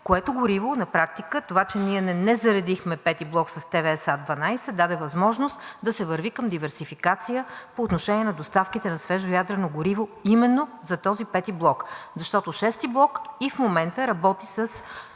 гориво ТВСА-12. На практика това, че ние не заредихме V блок с ТВСА-12, даде възможност да се върви към диверсификация по отношение на доставките на свежо ядрено гориво именно за този V блок, защото VI блок и в момента работи с